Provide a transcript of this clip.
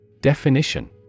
Definition